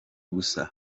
gusa